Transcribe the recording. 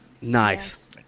Nice